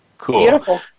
Cool